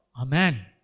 Amen